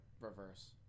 reverse